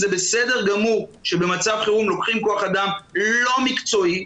זה בסדר גמור שבמצב חירום לוקחים כוח אדם לא מקצועי,